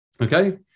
Okay